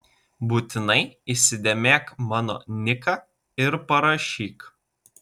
būtinai įsidėmėk mano niką ir parašyk